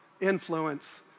influence